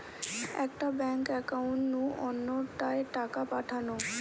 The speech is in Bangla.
একটা ব্যাঙ্ক একাউন্ট নু অন্য টায় টাকা পাঠানো